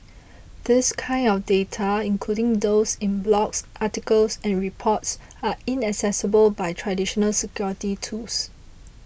this kind of data including those in blogs articles and reports are inaccessible by traditional security tools